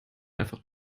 einfach